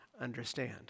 understand